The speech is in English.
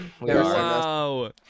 Wow